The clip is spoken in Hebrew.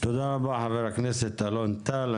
תודה רבה חבר הכנסת אלון טל.